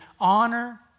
honor